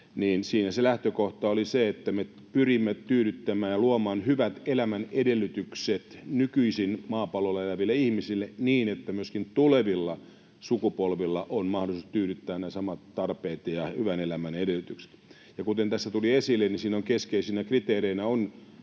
siinä lähtökohta oli se, että me pyrimme tyydyttämään, luomaan hyvät elämän edellytykset nykyisin maapallolla eläville ihmisille niin, että myöskin tulevilla sukupolvilla on mahdollisuus tyydyttää ne samat tarpeet ja hyvän elämän edellytykset. Kuten tässä tuli esille, niin siinä keskeisinä kriteereinä